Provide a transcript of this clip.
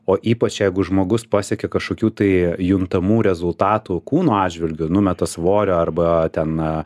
o ypač jeigu žmogus pasiekia kažkokių tai juntamų rezultatų kūno atžvilgiu numeta svorio arba ten